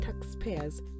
taxpayers